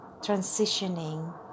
transitioning